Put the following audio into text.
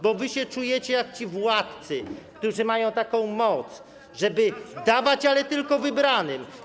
Bo wy się czujecie jak ci władcy, którzy mają taką moc, żeby dawać, ale tylko wybranym.